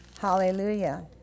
Hallelujah